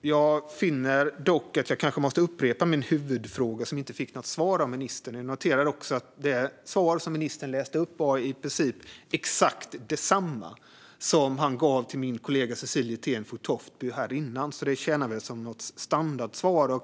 Jag måste kanske upprepa min huvudfråga, eftersom den inte besvarades av ministern. Jag noterar också att det svar som ministern gav mig var i princip exakt detsamma som min kollega Cecilie Tenfjord Toftby fick i debatten före. Det tjänar väl som någon sorts standardsvar.